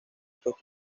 estos